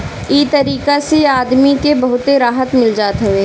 इ तरीका से आदमी के बहुते राहत मिल जात हवे